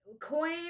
Coin